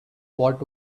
what